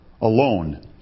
alone